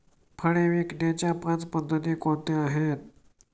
फळे विकण्याच्या पाच पद्धती कोणत्या आहेत?